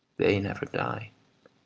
they never die.